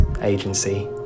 agency